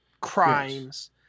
crimes